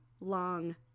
long